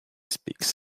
speaks